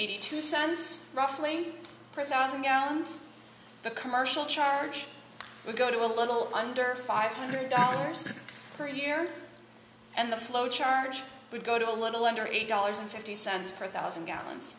eighty two suns ruffling pretty thousand gallons the commercial charge would go to a little under five hundred dollars per year and the flow charge would go to a little under eight dollars and fifty cents per thousand gallons